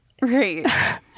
right